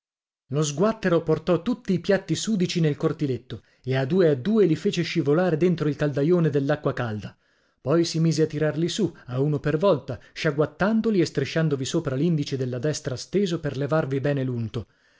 pulita lo sguattero portò tutti i piatti sudici nel cortiletto e a due a due li fece scivolare dentro il caldaione dell'acqua calda poi si mise a tirarli su a uno per volta sciaguattandoli e strisciandovi sopra l'indice della destra steso per levarvi bene